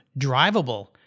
drivable